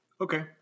Okay